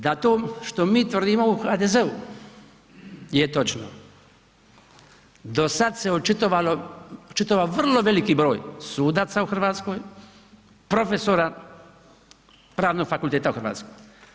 Da to što mi tvrdimo u HDZ-u je točno, do sada se očitovao vrlo veliki broj sudaca u Hrvatskoj, profesora Pravnog fakulteta u Hrvatskoj.